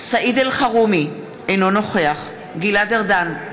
סעיד אלחרומי, אינו נוכח גלעד ארדן,